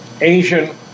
Asian